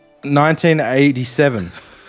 1987